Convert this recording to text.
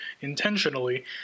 intentionally